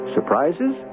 Surprises